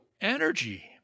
energy